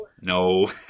No